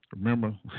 Remember